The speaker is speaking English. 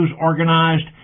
organized